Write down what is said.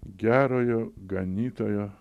gerojo ganytojo